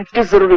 isn't sort of